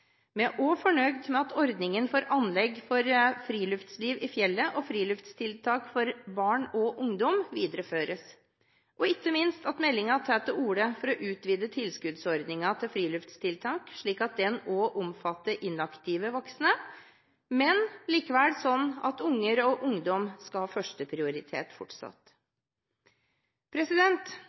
Vi er også fornøyd med at ordningen for anlegg for friluftsliv i fjellet og friluftstiltak for barn og ungdom videreføres, og ikke minst at meldingen tar til orde for å utvide tilskuddsordningen til friluftstiltak, slik at den også omfatter inaktive voksne, men likevel slik at unger og ungdom skal ha førsteprioritet fortsatt.